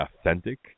authentic